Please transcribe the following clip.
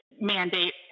mandate